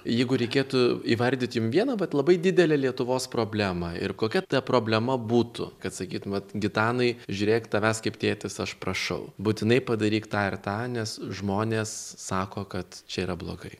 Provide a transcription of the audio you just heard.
jeigu reikėtų įvardyt jum vieną vat labai didelę lietuvos problemą ir kokia ta problema būtų kad sakytum vat gitanai žiūrėk tavęs kaip tėtis aš prašau būtinai padaryk tą ir tą nes žmonės sako kad čia yra blogai